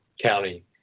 county